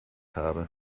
habe